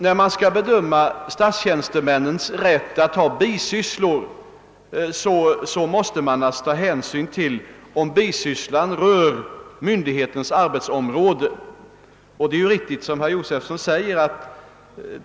När man skall bedöma statstjänstemännens rätt att ha bisysslor, är det klart att man måste ta hänsyn till om bisysslan rör myndighetens arbetsom råde.